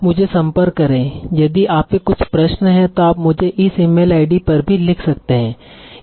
मुझे संपर्क करे यदि आपके कुछ प्रश्न हैं तो आप मुझे इस ईमेल आईडी पर भी लिख सकते हैं